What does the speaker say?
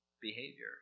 behavior